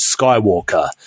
Skywalker